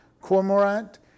cormorant